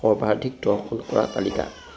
সৰ্বাধিক দৰ্শন কৰা তালিকা